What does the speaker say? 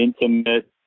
intimate